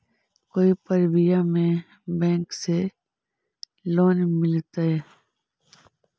कोई परबिया में बैंक से लोन मिलतय?